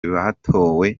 batowe